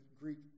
Greek